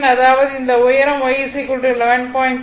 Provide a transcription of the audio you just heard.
39 அதாவது இந்த உயரம் y 11